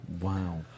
Wow